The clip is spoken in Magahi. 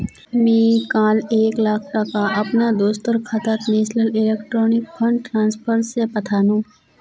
मी काल एक लाख टका अपना दोस्टर खातात नेशनल इलेक्ट्रॉनिक फण्ड ट्रान्सफर से पथानु